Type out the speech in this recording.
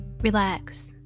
Relax